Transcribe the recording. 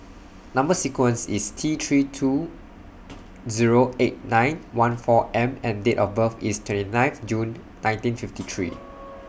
Number sequence IS T three two Zero eight nine one four M and Date of birth IS twenty nine June nineteen fifty three